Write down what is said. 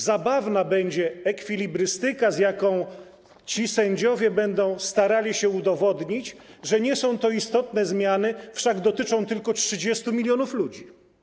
Zabawna będzie ekwilibrystyka, z jaką ci sędziowie będą starali się udowodnić, że nie są to istotne zmiany, wszak dotyczą tylko 30 mln ludzi.